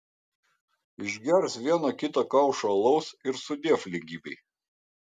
išgers vieną kita kaušą alaus ir sudiev lygybei